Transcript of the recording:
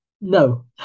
No